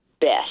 best